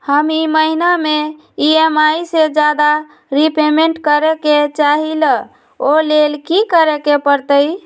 हम ई महिना में ई.एम.आई से ज्यादा रीपेमेंट करे के चाहईले ओ लेल की करे के परतई?